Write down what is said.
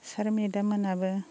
सार मेडाममोनाबो